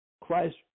Christ